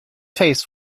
face